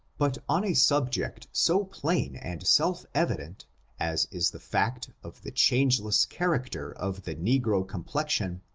but on a subject so plain and self-evident, as is the fact of the changeless character of the negro complex ion,